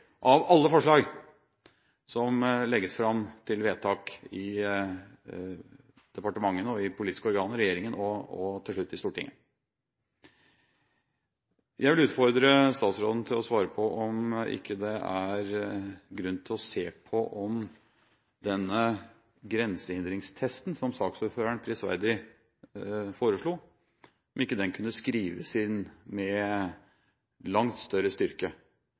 av alle forslag som legges fram til vedtak i departementene og i politiske organer, i regjeringen og til slutt i Stortinget. Jeg vil utfordre statsråden til å svare på om det ikke er grunn til å se på om denne grensehindringstesten som saksordføreren prisverdig foreslo, kunne skrives inn med langt større styrke